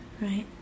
right